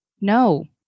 No